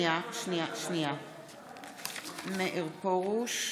בעד מאיר פרוש,